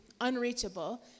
unreachable